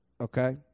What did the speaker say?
okay